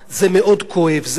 זה מטריף את הדעת,